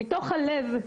מתוך הלב.